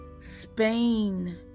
Spain